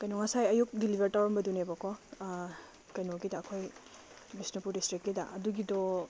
ꯀꯩꯅꯣ ꯉꯁꯥꯏ ꯑꯌꯨꯛ ꯗꯤꯂꯤꯕꯔ ꯇꯧꯔꯝꯕꯗꯨꯅꯦꯕꯀꯣ ꯀꯩꯅꯣꯒꯤꯗ ꯑꯩꯈꯣꯏ ꯕꯤꯁꯅꯨꯄꯨꯔ ꯗꯤꯁꯇ꯭ꯔꯤꯛꯀꯤꯗ ꯑꯗꯨꯒꯤꯗꯣ